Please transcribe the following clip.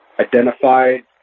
identified